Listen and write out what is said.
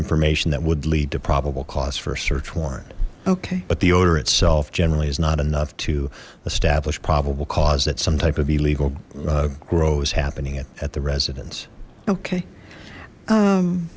information that would lead to probable cause for a search warrant okay but the odor itself generally is not enough to establish probable cause that some type of illegal grow is happening at the residence okay